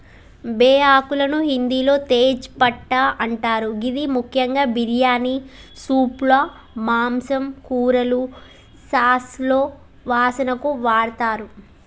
బేఆకులను హిందిలో తేజ్ పట్టా అంటరు గిది ముఖ్యంగా బిర్యానీ, సూప్లు, మాంసం, కూరలు, సాస్లలో వాసనకు వాడతరు